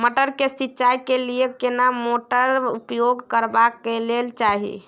मटर के सिंचाई के लिये केना मोटर उपयोग करबा के चाही?